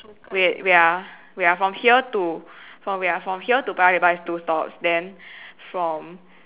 wait wait ah wait ah from here to from wait ah from here to Paya-Lebar is two stop then from